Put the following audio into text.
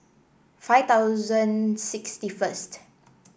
five thousand sixty first